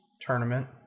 tournament